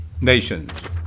nations